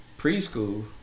preschool